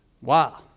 Wow